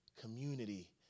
community